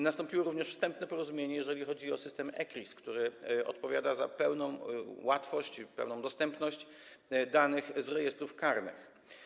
Nastąpiło również wstępne porozumienie, jeżeli chodzi o system ECRIS, który odpowiada za pełną łatwość, pełną dostępność danych z rejestrów karnych.